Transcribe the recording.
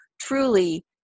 truly